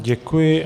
Děkuji.